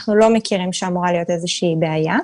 אנחנו לא מכירים שאמורה להיות איזושהי בעיה.